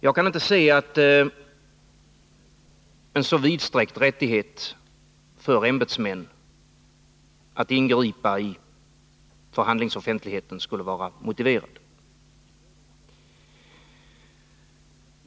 Jag kan inte finna att en så vidsträckt rättighet för ämbetsmän att ingripa i förhandlingsoffentligheten skulle vara motiverad.